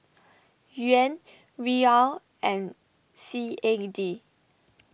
Yuan Riyal and C A D